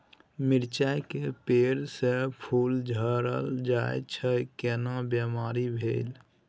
मिर्चाय के पेड़ स फूल झरल जाय छै केना बीमारी भेलई?